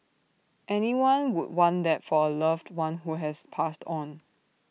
anyone would want that for A loved one who has passed on